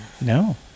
no